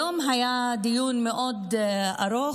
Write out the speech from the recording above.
היום התקיים דיון מאוד ארוך,